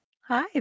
Hi